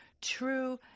true